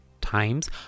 times